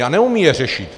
A neumí je řešit.